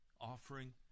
offering